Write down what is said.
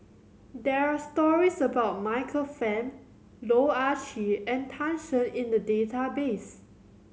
there are stories about Michael Fam Loh Ah Chee and Tan Shen in the database